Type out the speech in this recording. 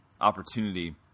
opportunity